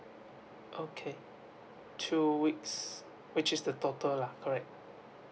okay two weeks which is the total lah correct